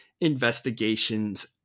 investigations